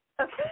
okay